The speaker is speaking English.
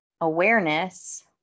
awareness